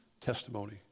testimony